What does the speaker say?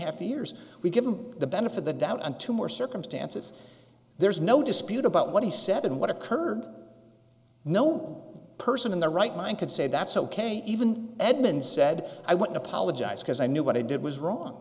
half years we give him the benefit of the doubt and two more circumstances there's no dispute about what he said and what occurred no person in their right mind could say that's ok even edmund said i want to apologize because i knew what i did was wrong